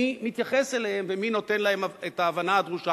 מי מתייחס אליהן ומי נותן להן את ההבנה הדרושה